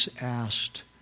asked